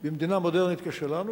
במדינה מודרנית כשלנו,